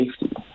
safety